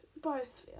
biosphere